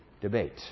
debate